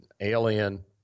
alien